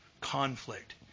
conflict